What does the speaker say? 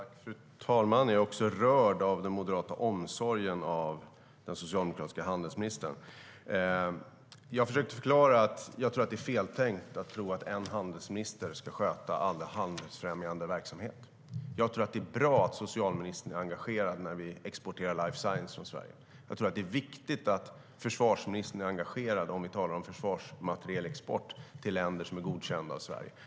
Fru talman! Jag är rörd av den moderata omsorgen om den socialdemokratiska handelsministern. Jag försökte förklara att jag tror att det är fel att tro att en handelsminister ska sköta all handelsfrämjande verksamhet. Jag tror att det är bra att socialministern är engagerad när vi exporterar life science från Sverige. Jag tror att det är viktigt att försvarsministern är engagerad om vi talar om försvarsmaterielexport till länder som är godkända av Sverige.